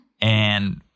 and-